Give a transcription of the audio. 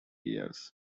ears